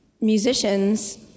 musicians